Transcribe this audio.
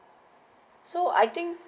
so I think